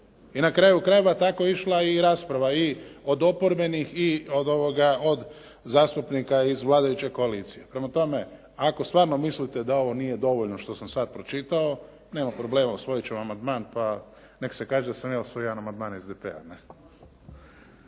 I na kraju krajeva tako je išla i rasprava i od oporbenih i od zastupnika iz vladajuće koalicije. Prema tome, ako stvarno mislite da ovo nije dovoljno što sam sad pročitao. Nema problema, usvojit ću amandman pa nek se kaže da sam ja usvojio jedan amandman SDP-a.